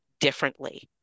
differently